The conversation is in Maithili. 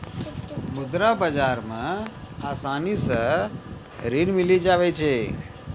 मुद्रा बाजार मे आसानी से ऋण मिली जावै छै